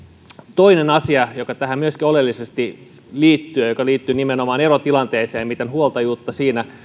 toinen asia joka tähän myöskin oleellisesti liittyy ja joka liittyy nimenomaan erotilanteeseen siihen miten huoltajuutta siinä